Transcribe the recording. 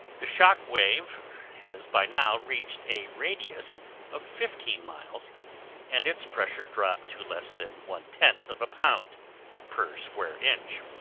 the shock wave has by now reached a radius of fifteen miles and its pressure dropped to less than one ten of a pound per square inch.